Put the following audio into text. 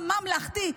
הממלכתי,